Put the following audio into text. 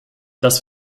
dass